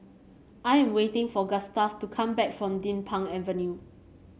I am waiting for Gustaf to come back from Din Pang Avenue